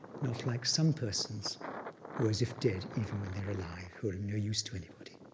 not like some persons who are as if dead even when they're alive who are no use to anybody.